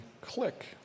click